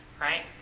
Right